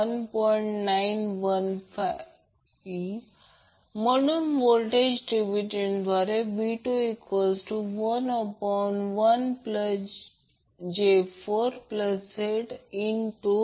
951 म्हणून व्होल्टेज डिवीज़नद्वारे V211j4Z10∠02